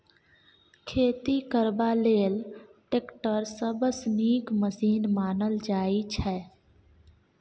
खेती करबा लेल टैक्टर सबसँ नीक मशीन मानल जाइ छै